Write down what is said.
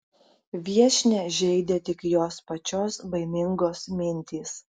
viešnią žeidė tik jos pačios baimingos mintys